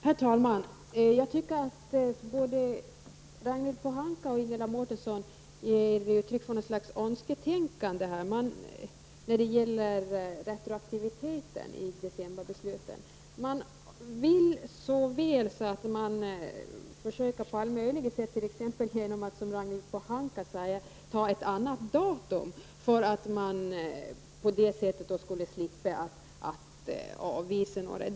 Herr talman! Både Ragnhild Pohanka och Ingela Mårtensson ger uttryck för något slags önsketänkande när det gäller retroaktiviteten i decemberbeslutet. De vill så väl och försöker argumentera på alla möjliga sätt. Ragnhild Pohanka vill t.ex. ha ett annat datum som utgångspunkt för beslutet. På det sättet skulle man slippa avvisa en del personer.